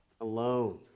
alone